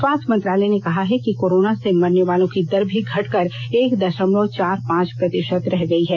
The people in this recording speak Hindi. स्वास्थ्य मंत्रालय ने कहा है कि कोरोना से मरने वालों की दर भी घटकर एक दशमलव चार पांच प्रतिशत रह गई है